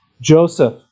Joseph